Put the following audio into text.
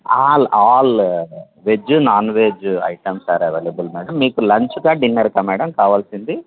all all veg non veg items are available madam మీకు లంచ్కా డిన్నర్కా మేడం కావాల్సింది